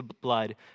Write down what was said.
blood